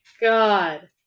god